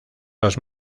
los